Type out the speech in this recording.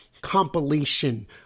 compilation